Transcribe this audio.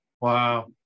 Wow